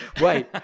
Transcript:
Wait